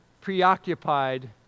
preoccupied